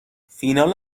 فینال